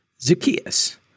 Zacchaeus